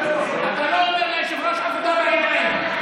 אתה לא אומר ליושב-ראש "עבודה בעיניים".